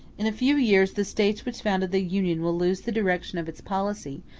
in a few years the states which founded the union will lose the direction of its policy,